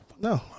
No